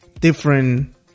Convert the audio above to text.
different